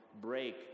break